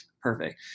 Perfect